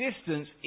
existence